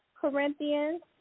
Corinthians